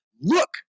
Look